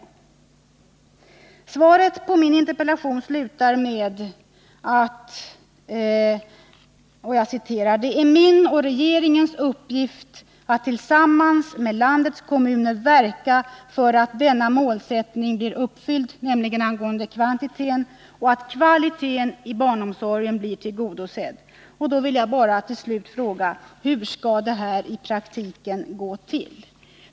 I slutet av svaret på min interpellation sägs följande: ”Det är min och regeringens uppgift att tillsammans med landets kommuner verka för att denna målsättning” — kvantitetsmålsättningen — ”blir uppfylld och att kvaliteten i barnomsorgen blir tillgodosedd.” Då vill jag bara till slut fråga: Hur skall detta i praktiken gå till?